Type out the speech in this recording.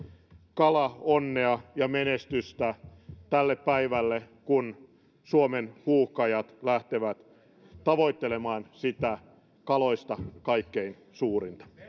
kalaonnea ja menestystä tälle päivälle kun suomen huuhkajat lähtevät tavoittelemaan sitä kaloista kaikkein suurinta